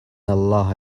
الله